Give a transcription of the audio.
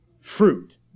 fruit